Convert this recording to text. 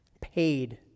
paid